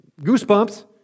goosebumps